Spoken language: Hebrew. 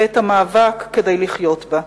ואת המאבק כדי לחיות בה.